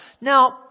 Now